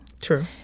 True